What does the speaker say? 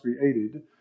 created